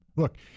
Look